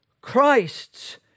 Christ's